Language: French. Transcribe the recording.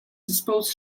disposent